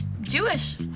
Jewish